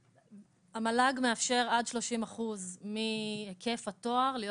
המל"ג מאפשר עד 30% מהיקף התואר להיות